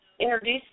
introduce